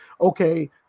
okay